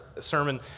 sermon